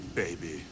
baby